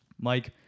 Mike